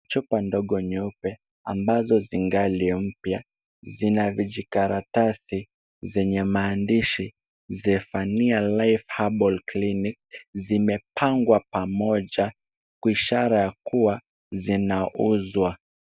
Chupa ndogo nyeupe, ambazo zingali mpya, zina vijikaratasi zenye maandishi Zephania Life Herbal Clinic, zimepangwa pamoja kwa ishara kuwa zinauzwa.